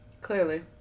clearly